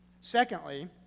Secondly